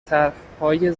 طرحهای